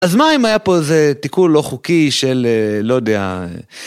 אז מה אם היה פה איזה תיקון לא חוקי של לא יודע...